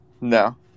No